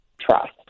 trust